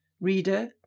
Reader